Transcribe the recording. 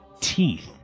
teeth